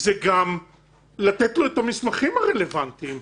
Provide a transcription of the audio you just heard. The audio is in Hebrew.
זה גם לתת לו את המסמכים הרלוונטיים.